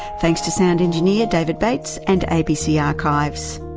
thanks to sound engineer, david bates, and to abc archives.